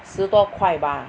十多块吧